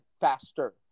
faster